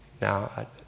Now